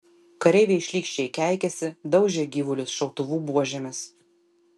kareiviai šlykščiai keikėsi daužė gyvulius šautuvų buožėmis